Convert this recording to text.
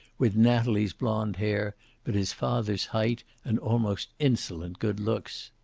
with natalie's blonde hair but his father's height and almost insolent good looks.